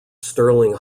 sterling